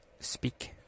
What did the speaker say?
Speak